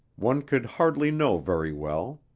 one could hardly know very well.